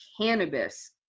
cannabis